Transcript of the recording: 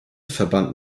verband